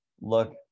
Look